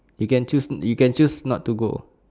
you can choose you can choose not to go